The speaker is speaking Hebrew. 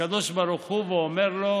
לקדוש ברוך הוא ואומר לו: